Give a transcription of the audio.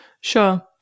Sure